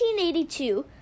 1982